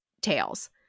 tails